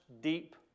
deep